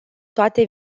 toate